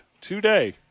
today